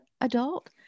adult